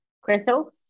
Crystal